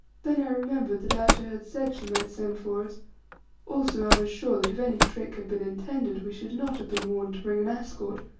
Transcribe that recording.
then i remembered that ayesha had said she might send for us also i was sure that if any trick had been intended we should not have been warned to bring an escort.